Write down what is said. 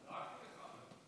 קראתי לך.